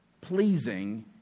pleasing